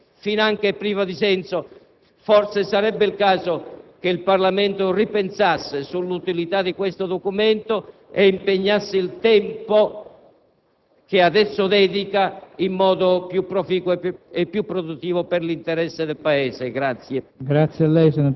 privo di effetti effettivi diventa un Documento finanche privo di senso. Forse sarebbe il caso che il Parlamento ripensasse l'utilità di questo Documento e impegnasse il tempo